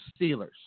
Steelers